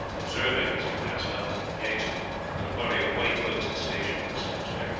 observing as he passed out through the gates that a party of white hoods had stationed themselves there.